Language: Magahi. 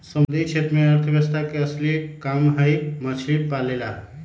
समुद्री क्षेत्र में अर्थव्यवस्था के असली काम हई मछली पालेला